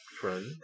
friend